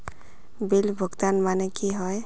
Bill भुगतान माने की होय?